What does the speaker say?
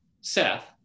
seth